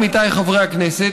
עמיתיי חברי הכנסת,